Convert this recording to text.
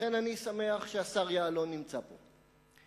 לכן אני שמח שהשר יעלון נמצא פה.